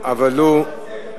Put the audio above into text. עוד מעט נתפלל פה תפילת שחרית.